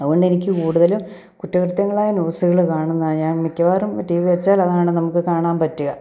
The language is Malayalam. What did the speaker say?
അതുകൊണ്ടെനിക്ക് കൂടുതലും കുറ്റകൃത്യങ്ങളായ ന്യൂസുകൾ കാണുന്ന ഞാൻ മിക്കവാറും ടി വി വെച്ചാലതാണ് നമുക്ക് കാണാൻ പറ്റുക